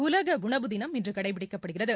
உலக உணவு தினம் இன்று கடைபிடிக்கப்படுகிறது